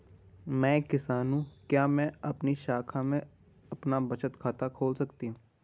मैं एक किसान हूँ क्या मैं आपकी शाखा में अपना बचत खाता खोल सकती हूँ?